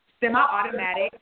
semi-automatic